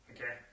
Okay